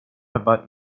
about